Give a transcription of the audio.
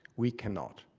we cannot.